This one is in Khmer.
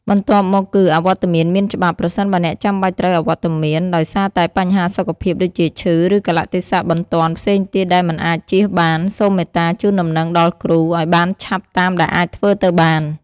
បន្ទាប់មកគឺ អវត្តមានមានច្បាប់ ប្រសិនបើអ្នកចាំបាច់ត្រូវអវត្តមានដោយសារតែបញ្ហាសុខភាព ដូចជា ឈឺ ឬកាលៈទេសៈបន្ទាន់ផ្សេងទៀតដែលមិនអាចជៀសបាន សូមមេត្តា ជូនដំណឹងដល់គ្រូ ឱ្យបានឆាប់តាមដែលអាចធ្វើទៅបាន។